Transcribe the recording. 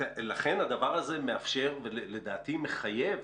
לכן הדבר הזה מאפשר, ולדעתי מחייב,